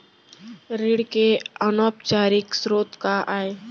ऋण के अनौपचारिक स्रोत का आय?